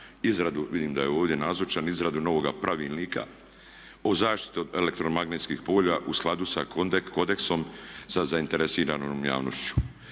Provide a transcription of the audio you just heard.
izradu, vidim da je ovdje nazočan, izradu novoga Pravilnika o zaštiti od elektromagnetskih polja u skladu sa kodeksom sa zainteresiranom javnošću.